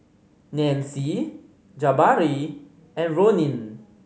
Nancy Jabari and Ronin